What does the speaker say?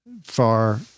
far